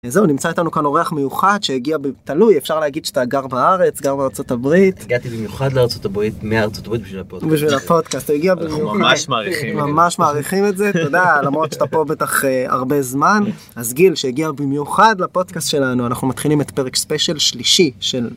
זהו נמצא איתנו כאן אורח מיוחד שהגיע בתלוי אפשר להגיד שאתה גר בארץ גר בארצות הברית -הגעתי במיוחד לארצות הברית מארצות ברית בשביל הפודקאסט ממש מעריכים את זה תודה למרות שאתה פה בטח הרבה זמן אז גיל שהגיע במיוחד לפודקאסט שלנו אנחנו מתחילים את פרק ספיישל שלישי של.